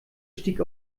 stieg